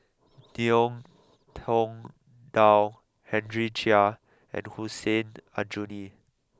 Ngiam Tong Dow Henry Chia and Hussein Aljunied